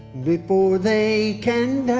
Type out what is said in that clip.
before they can